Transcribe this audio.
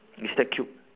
mister cute